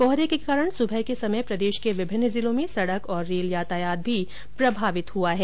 कोहरे के कारण सुबह के समय प्रदेश के विभिन्न जिलों में सड़क और रेल यातायात भी प्रभावित हुआ है